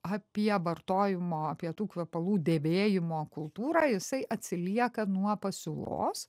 apie vartojimo pietų kvepalų dėvėjimo kultūrą jisai atsilieka nuo pasiūlos